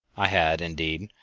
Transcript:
i had, indeed,